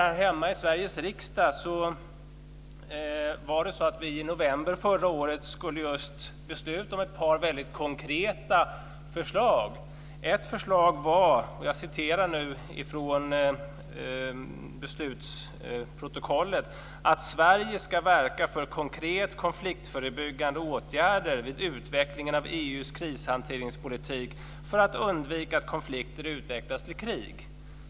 Här hemma i Sveriges riksdag skulle vi i november förra året just besluta om ett par väldigt konkreta förslag. Ett förslag var, och det kan läsas i riksdagsprotokollet, att Sverige ska verka för konkret konfliktförebyggande åtgärder vid utvecklingen av EU:s krishanteringspolitik för att undvika att konflikter utvecklas till krig.